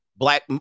Black